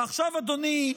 ועכשיו, אדוני,